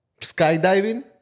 skydiving